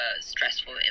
stressful